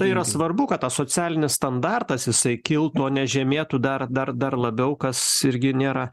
tai yra svarbu kad tas socialinis standartas jisai kiltų o ne žemėtų dar dar dar labiau kas irgi nėra